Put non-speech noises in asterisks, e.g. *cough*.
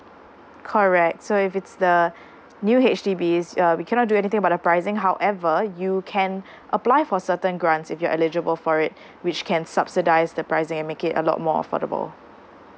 correct so if it's the *breath* new H_D_B's uh we cannot do anything about the pricing however you can *breath* apply for certain grants if you're eligible for it *breath* which can subsidize the pricing and make it a lot more affordable